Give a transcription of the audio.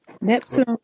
Neptune